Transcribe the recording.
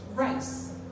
rice